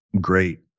Great